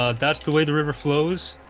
ah that's the way the river flows.